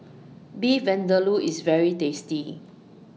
Beef Vindaloo IS very tasty